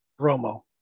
Romo